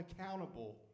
accountable